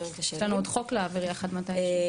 יש לנו עוד חוק להעביר יחד מתישהו.